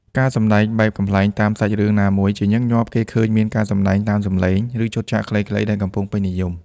ការសម្ដែងបែបកំប្លែងតាមសាច់រឿងណាមួយជាញឹកញាប់គេឃើញមានការសម្ដែងតាមសំឡេង ឬឈុតឆាកខ្លីៗដែលកំពុងពេញនិយម។